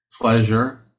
pleasure